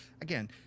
again